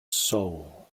soul